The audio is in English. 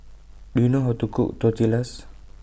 Do YOU know How to Cook Tortillas